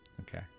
Okay